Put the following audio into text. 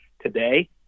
today